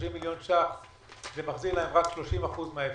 30 מיליון ₪ מחזיר להם רק 30% מההפסדים,